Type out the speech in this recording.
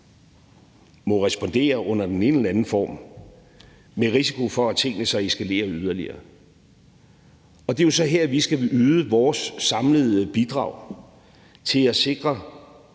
må respondere under den ene eller den anden form – med risiko for, at tingene så eskalerer yderligere. Og det er jo så her, at vi skal yde vores samlede bidrag til at sikre